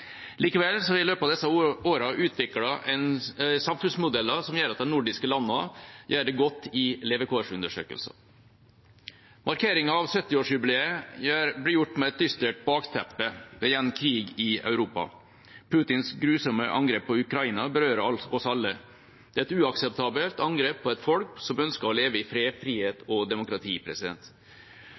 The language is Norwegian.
løpet av disse årene utviklet samfunnsmodeller som gjør at de nordiske landene gjør det godt i levekårsundersøkelser. Markeringen av 70-årsjubileet blir gjort med et dystert bakteppe. Det er igjen krig i Europa. Putins grusomme angrep på Ukraina berører oss alle. Det er et uakseptabelt angrep på et folk som ønsker å leve i fred, frihet og demokrati